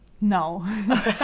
no